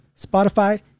Spotify